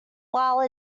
while